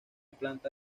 planta